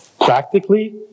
Practically